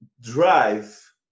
drive